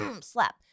slap